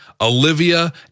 Olivia